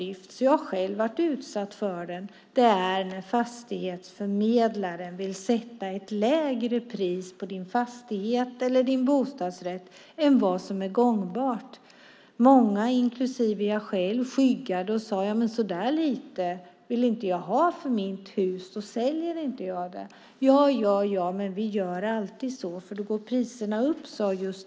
Det handlar om när fastighetsförmedlaren vill sätta ett lägre pris på din fastighet eller din bostadsrätt än vad som är gångbart. Jag har själv varit utsatt för det. Många, inklusive jag själv, skyggar för det och säger: Ja, men så där lite vill inte jag ha för mitt hus. Då säljer jag det inte. Just vår förmedlare sade: Ja, men vi gör alltid så, för då går priserna upp.